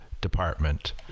department